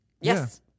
Yes